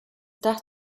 dach